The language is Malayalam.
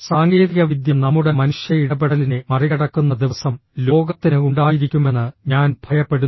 സാങ്കേതികവിദ്യ നമ്മുടെ മനുഷ്യ ഇടപെടലിനെ മറികടക്കുന്ന ദിവസം ലോകത്തിന് ഉണ്ടായിരിക്കുമെന്ന് ഞാൻ ഭയപ്പെടുന്നു